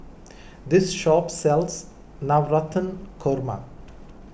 this shop sells Navratan Korma